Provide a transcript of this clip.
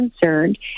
concerned